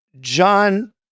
John